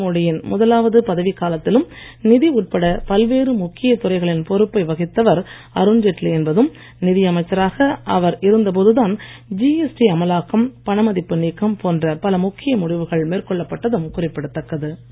நரேந்திரமோடி யின் முதலாவது பதவிக் காலத்திலும் நிதி உட்பட பல்வேறு முக்கியத் துறைகளின் பொறுப்பை வகித்தவர் அருண்ஜெட்லி என்பதும் நிதியமைச்சராக அவர் இருந்து போதும் தான் ஜிஎஸ்டி அமலாக்கம் பணமதிப்பு நீக்கம் போன்ற பல முக்கிய முடிவுகள் மேற்கொள்ளப்பட்டதும் குறிப்பிடத்தக்கது